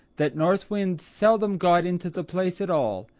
that north wind seldom got into the place at all,